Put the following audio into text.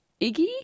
Iggy